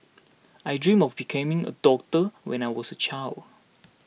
I dreamt of becoming a doctor when I was a child